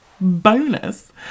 Bonus